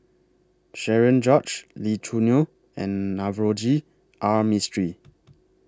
Cherian George Lee Choo Neo and Navroji R Mistri